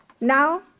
Now